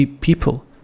people